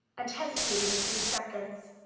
and hesitated a few seconds.